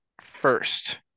first